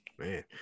Man